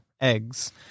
eggs